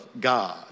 God